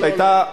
זאת היתה,